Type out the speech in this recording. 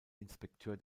inspekteur